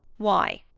why?